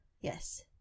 Yes